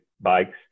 bikes